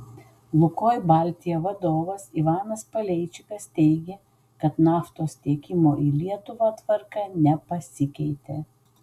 lukoil baltija vadovas ivanas paleičikas teigė kad naftos tiekimo į lietuvą tvarka nepasikeitė